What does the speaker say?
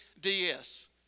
DS